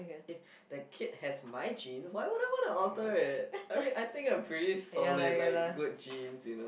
if the kid has my genes why would I wanna alter it I mean I think I'm pretty solid like good genes you know